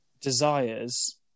desires